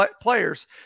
players